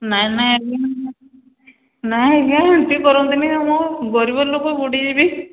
ନାଇଁ ନାଇଁ ଆଜ୍ଞା ନାଇଁ ଆଜ୍ଞା ଏମିତି କରନ୍ତୁନି ମୁଁ ଗରିବ ଲୋକ ବୁଡ଼ିଯବି